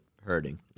hurting